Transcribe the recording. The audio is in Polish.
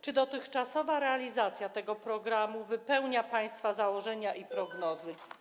Czy dotychczasowa realizacja tego programu wypełnia państwa założenia i prognozy?